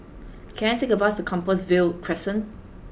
can I take a bus to Compassvale Crescent